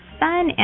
fun